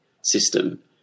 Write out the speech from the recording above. system